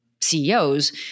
CEOs